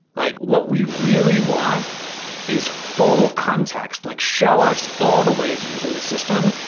like what we really want is full context, like show us all the ways using the system,